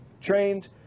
trained